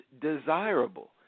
desirable